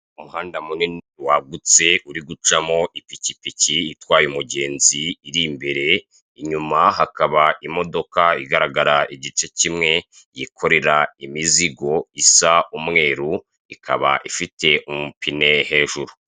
Umuhanda munini wagutse, uri gucamo ipikipiki itwaye umugenzi iri imbere, inyuma hakaba imodoka igaragara igice kimwe yikorera imizigo, isa umweru, ikaba ifite umupine hejuru.